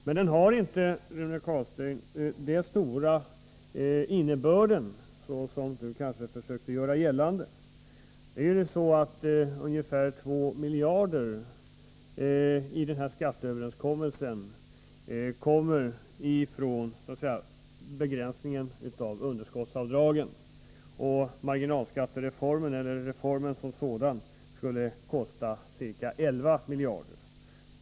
Men skatteöverenskommelsen har inte den stora innebörd som Rune Carlstein försökte göra gällande. Ungefär 2 miljarder kronor kommer från begränsningen av underskottsavdragen, medan reformen som sådan skulle kosta ca 11 miljarder kronor.